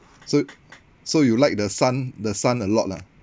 so so you like the sun the sun a lot lah